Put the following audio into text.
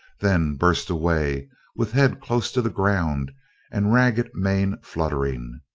then burst away with head close to the ground and ragged mane fluttering.